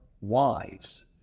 wise